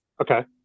Okay